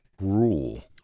rule